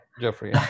Jeffrey